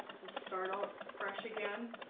just start out fresh again